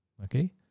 okay